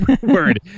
word